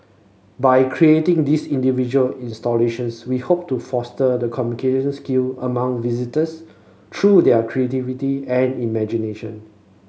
by creating these individual installations we hope to foster the communication skill among visitors through their creativity and imagination